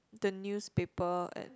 the newspaper and